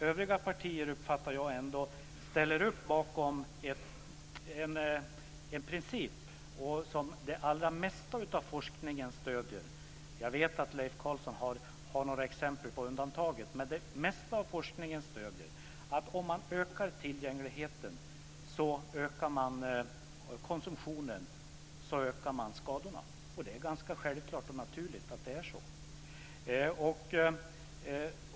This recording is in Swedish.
Övriga partier uppfattar jag ändå ställer upp bakom en princip som det allra mesta av forskningen stöder. Jag vet att Leif Carlson har några exempel på undantag, men det mesta av forskningen stöder tesen att man ökar konsumtionen och skadorna om man ökar tillgängligheten. Det är ganska självklart och naturligt att det är så.